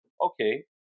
okay